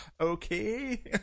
Okay